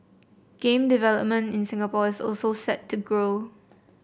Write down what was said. game development in Singapore is also set to grow